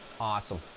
Awesome